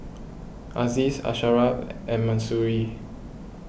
Aziz Asharaff and Mahsuri